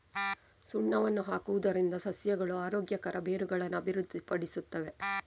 ಸುಣ್ಣವನ್ನು ಹಾಕುವುದರಿಂದ ಸಸ್ಯಗಳು ಆರೋಗ್ಯಕರ ಬೇರುಗಳನ್ನು ಅಭಿವೃದ್ಧಿಪಡಿಸುತ್ತವೆ